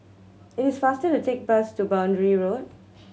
it is faster to take the bus to Boundary Road